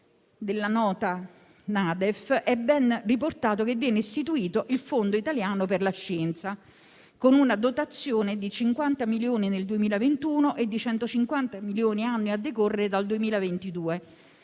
nella NADEF è ben riportato che viene istituito il Fondo italiano per la scienza, con una dotazione di 50 milioni nel 2021 e 250 milioni annui a decorrere dal 2022,